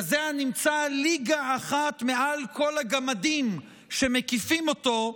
כזה הנמצא ליגה אחת מעל כל הגמדים שמקיפים אותו,